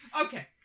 Okay